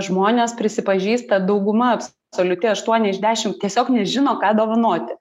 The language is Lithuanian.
žmonės prisipažįsta dauguma absoliuti aštuoni iš dešim tiesiog nežino ką dovanoti